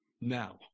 now